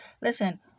Listen